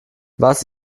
was